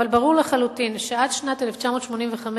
אבל ברור לחלוטין שעד שנת 1985,